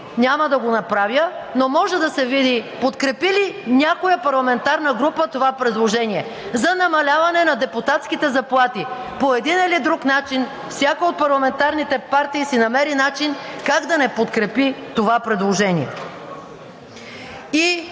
няма да го направя, но може да се види подкрепи ли някоя парламентарна група това предложение – за намаляване на депутатските заплати? По един или друг начин всяка от парламентарните партии си намери начин как да не подкрепи това предложение. И